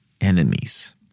enemies